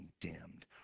condemned